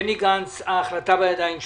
בני גנץ, ההחלטה בידיים שלו.